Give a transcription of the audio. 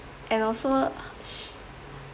and also